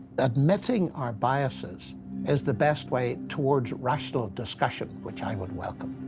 admitting our biases is the best way towards rational discussion, which i would welcome.